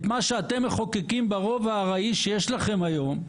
את מה שאתם מחוקקים ברוב הארעי שיש לכם היום,